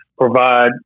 provide